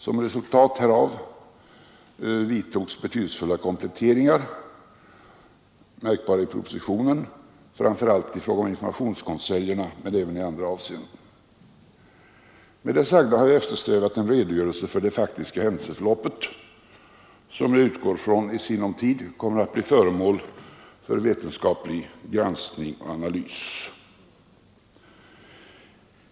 Som resultat härav vidtogs betydelsefulla kompletteringar, märkbara i propositionen, framför allt i fråga om informationskonseljerna men även i andra avseenden. Med det sagda har jag eftersträvat en redogörelse för det faktiska händelseförloppet, som jag hoppas i sinom tid kommer att bli föremål för vetenskaplig bearbetning och analys.